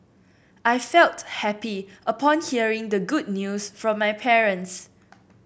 I felt happy upon hearing the good news from my parents